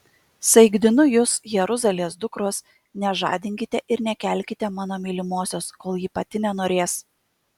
saikdinu jus jeruzalės dukros nežadinkite ir nekelkite mano mylimosios kol ji pati nenorės